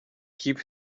keep